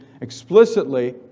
explicitly